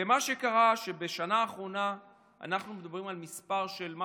ומה שקרה, שבשנה האחרונה אנחנו מדברים על משהו כמו